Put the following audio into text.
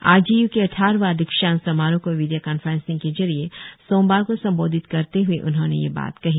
are G U के अठारहवा दिक्षांत समारोह को वीडियो कांफ्रेंसिंग के जरिए सोमवार को संबोधित करते हए उन्होंने यह बात कही